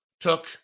took